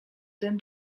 tym